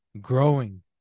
Growing